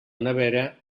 nevera